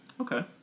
Okay